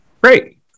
great